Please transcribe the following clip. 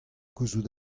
gouzout